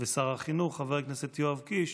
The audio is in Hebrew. ושר החינוך חבר הכנסת יואב קיש.